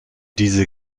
diese